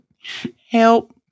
Help